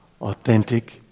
authentic